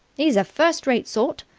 he's a first-rate sort.